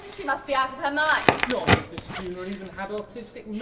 she must be out of her mind! it's not as if this funeral even had artistic yeah